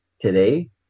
today